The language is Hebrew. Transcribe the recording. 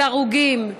של הרוגים,